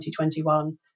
2021